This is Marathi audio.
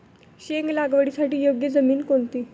शेंग लागवडीसाठी योग्य जमीन कोणती?